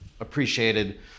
appreciated